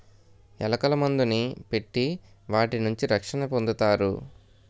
ఎలకల మందుని పెట్టి వాటి నుంచి రక్షణ పొందుతారు